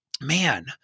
man